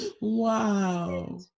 Wow